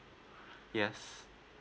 yes